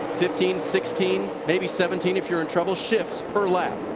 fifteen, sixteen, maybe seventeen if you're in trouble shift per lap.